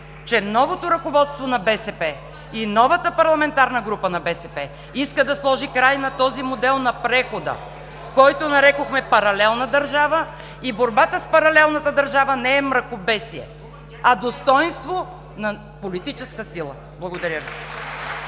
че новото ръководство на БСП и новата парламентарна група на БСП иска да сложи край на този модел на прехода (реплики от ГЕРБ), който нарекохме „паралелна държава“ и борбата с паралелната държава не е мракобесие, а достойнство на политическа сила. Благодаря